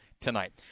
tonight